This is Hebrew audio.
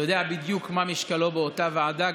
אתה יודע בדיוק מה משקלו באותה ועדה.